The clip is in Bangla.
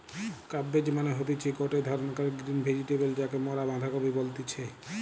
কাব্বেজ মানে হতিছে গটে ধরণকার গ্রিন ভেজিটেবল যাকে মরা বাঁধাকপি বলতেছি